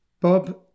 Bob